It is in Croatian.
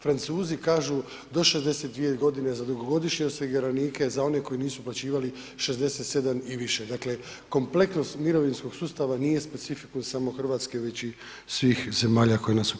Francuzi kažu do 62 godine za dugogodišnje osiguranike, za onih koji nisu uplaćivali, 67 i više, dakle, kompleksnost mirovinskog sustava nije specifikum samo Hrvatske već i svih zemalja koje nas okružuju.